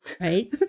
Right